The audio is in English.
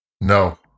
No